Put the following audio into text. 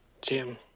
Jim